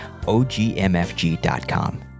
OGMFG.com